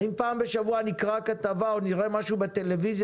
האם פעם בשבוע נקרא כתבה או נראה משהו בטלוויזיה